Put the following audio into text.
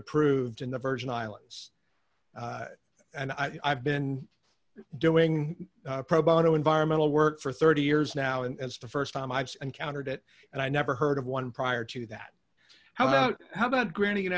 approved in the virgin islands and i've been doing pro bono environmental work for thirty years now and as the st time i've encountered it and i never heard of one prior to that how about how about granting an